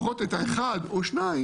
הן בוחרות את האחד או השניים,